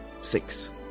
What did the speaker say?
six